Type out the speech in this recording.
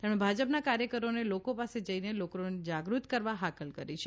તેમણે ભાજપના કાર્યકરોને લોકો પાસે જઈને લોકોને જાગૃત કરવા હાકલ કરી છે